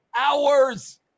hours